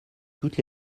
toutes